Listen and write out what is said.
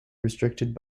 restricted